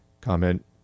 Comment